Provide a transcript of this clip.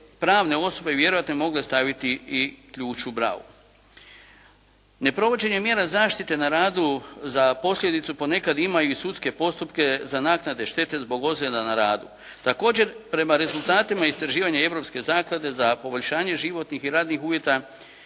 pravne osobe vjerojatno mogle staviti i ključ u bravu. Neprovođenje mjera zaštite na radu za posljedicu ponekad ima i sudske postupke za naknade štete zbog ozljeda na radu. Također prema rezultatima istraživanja europske zaklade za poboljšanje životnih i radnih uvjeta,